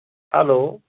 hello